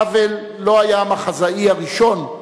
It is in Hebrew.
האוול לא היה המחזאי הראשון,